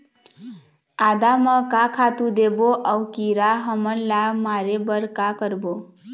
आदा म का खातू देबो अऊ कीरा हमन ला मारे बर का करबो?